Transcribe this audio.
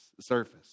surface